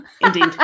Indeed